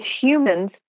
humans